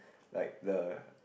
like the